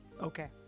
Okay